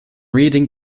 reading